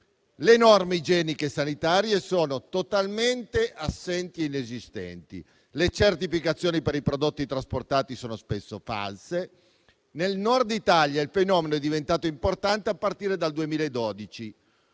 Le norme igienico-sanitarie sono totalmente assenti. Le certificazioni per i prodotti trasportati sono spesso false. Nel Nord Italia il fenomeno è diventato importante a partire dal 2012,